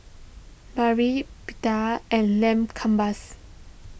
Pita and Lamb Kebabs